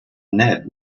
ned